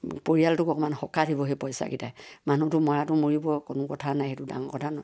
পৰিয়ালটোক অকণমান সকাহ দিব সেই পইচাকেইটাই মানুহটো মৰাটো মৰিব কোনো কথা নাই সেইটো ডাঙৰ কথা নহয়